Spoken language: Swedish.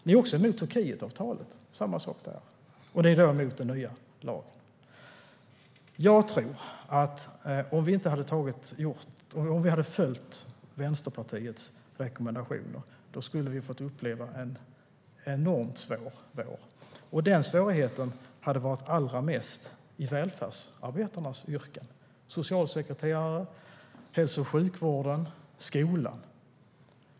Ni är emot Turkietavtalet - samma sak där - och ni är också emot den nya lagen. Jag tror att vi, om vi hade följt Vänsterpartiets rekommendationer, hade fått uppleva en enormt svår vår. De svårigheterna hade märkts allra mest inom välfärdsarbetarnas yrken, exempelvis för socialsekreterare och anställda inom hälso och sjukvården och skolan.